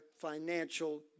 financial